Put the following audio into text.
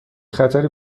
خطری